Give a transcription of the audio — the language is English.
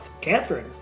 Catherine